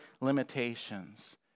limitations